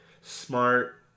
Smart